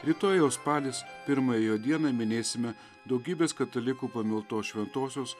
rytoj jau spalis pirmąją jo dieną minėsime daugybės katalikų pamiltos šventosios